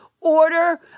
order